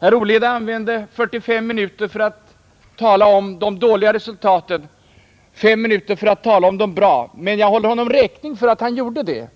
Herr Olhede använde fyrtiofem minuter för att tala om de dåliga resultaten och fem för att tala om de goda, men jag håller honom räkning för att han gjorde det.